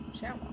Shower